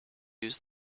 use